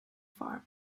farm